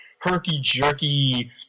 herky-jerky